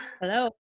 Hello